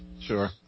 Sure